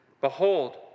Behold